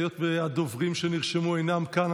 היות שהדוברים שנרשמו אינם כאן,